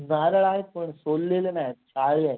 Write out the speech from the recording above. नारळ आहेत पण सोललेले नाही आहेत शहाळी आहेत